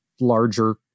larger